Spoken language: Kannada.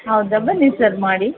ಹೌದಾ ಬನ್ನಿ ಸರ್ ಮಾಡಿ